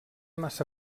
massa